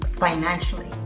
financially